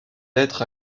être